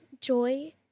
joy